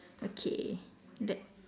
okay that